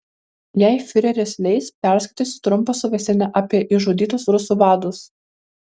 jei fiureris leis perskaitysiu trumpą suvestinę apie išžudytus rusų vadus